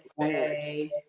say